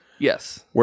Yes